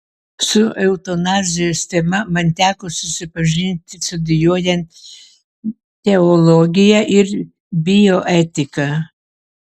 su eutanazijos tema man teko susipažinti studijuojant teologiją ir bioetiką